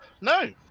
No